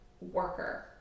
worker